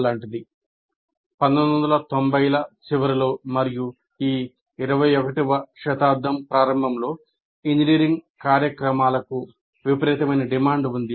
1990 ల చివరలో మరియు ఈ 21 వ శతాబ్దం ప్రారంభంలో ఇంజనీరింగ్ కార్యక్రమాలకు విపరీతమైన డిమాండ్ ఉంది